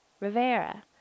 Rivera